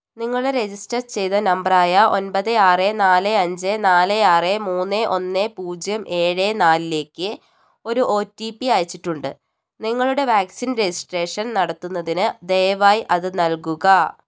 നിങ്ങൾ രജിസ്റ്റർ ചെയ്ത നമ്പർ ആയ ഒൻപത് ആറ് നാല് അഞ്ച് നാല് ആറ് മൂന്ന് ഒന്ന് പൂജ്യം ഏഴ് നാലിലേക്ക് ഒരു ഒ ടി പി അയച്ചിട്ടുണ്ട് നിങ്ങളുടെ വാക്സിൻ രജിസ്ട്രേഷൻ നടത്തുന്നതിന് ദയവായി അത് നൽകുക